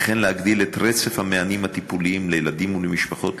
וכן להגדיל את רצף המענים הטיפוליים לילדים ולמשפחות